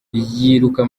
yiruka